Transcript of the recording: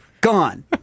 gone